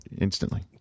instantly